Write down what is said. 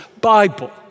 Bible